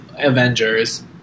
Avengers